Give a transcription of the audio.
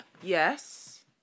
Yes